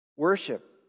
worship